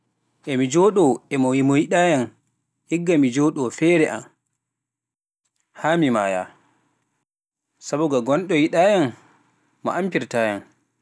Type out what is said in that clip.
E mi jooɗoo e mo- mo yiɗaa yam, igga mi jooɗoo feere am haa mi maaya, sabu nga gonɗo yiɗaa yam, mo ampirtaa yam.